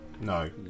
No